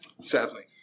sadly